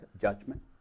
judgment